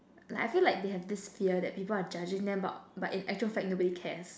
I feel like they have this fear that people are judging them but but in actual fact nobody cares